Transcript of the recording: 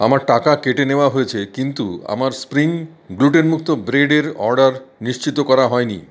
আমার টাকা কেটে নেওয়া হয়েছে কিন্তু আমার স্প্রিং গ্লুটেনমুক্ত ব্রেডের অর্ডার নিশ্চিত করা হয়নি